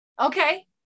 Okay